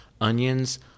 onions